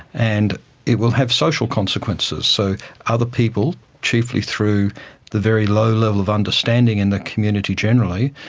and it will have social consequences. so other people, chiefly through the very low level of understanding in the community generally,